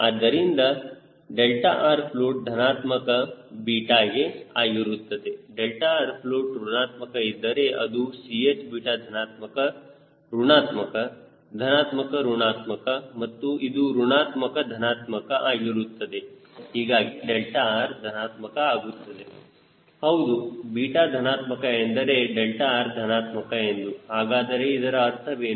ಆದ್ದರಿಂದ 𝛿rfloat ಧನಾತ್ಮಕ 𝛽ಗೆ ಆಗಿರುತ್ತದೆ 𝛿rfloat ಋಣಾತ್ಮಕ ಇದ್ದರೆ ಮತ್ತು Ch ಧನಾತ್ಮಕ ಋಣಾತ್ಮಕ ಧನಾತ್ಮಕ ಋಣಾತ್ಮಕ ಮತ್ತು ಇದು ಋಣಾತ್ಮಕ ಧನಾತ್ಮಕ ಆಗಿರುತ್ತದೆ ಹೀಗಾಗಿ 𝛿r ಧನಾತ್ಮಕ ಆಗುತ್ತದೆ ಹೌದು 𝛽 ಧನಾತ್ಮಕ ಅಂದರೆ 𝛿r ಧನಾತ್ಮಕ ಎಂದು ಹಾಗಾದರೆ ಇದರ ಅರ್ಥವೇನು